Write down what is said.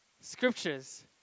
scriptures